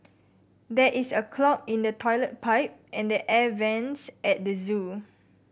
there is a clog in the toilet pipe and the air vents at the zoo